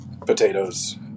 potatoes